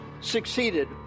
succeeded